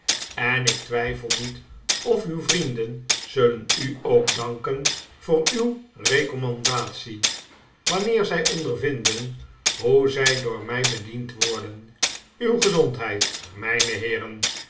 en ik twijfel niet of uw vrienden zullen u ook danken voor uw recommandatie wanneer zij ondervinden hoe zij door mij bediend worden uw gezondheid mijne heeren